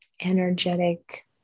energetic